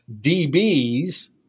DBs